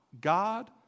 God